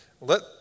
Let